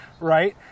Right